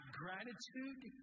gratitude